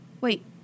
Wait